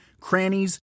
crannies